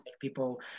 people